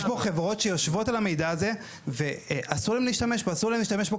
יש פה חברות שיושבות על המידע הזה ואסור להן להשתמש בו.